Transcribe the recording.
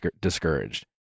discouraged